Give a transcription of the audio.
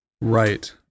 Right